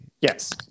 Yes